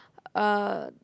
uh